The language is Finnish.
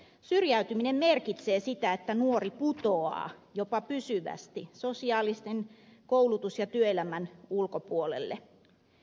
syrjäytyminen merkitsee sitä että nuori putoaa jopa pysyvästi sosiaalisen koulutus ja työelämän ulkopuolelle